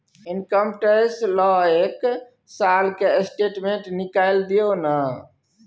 Income tax ल एक साल के स्टेटमेंट निकैल दियो न?